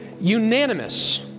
unanimous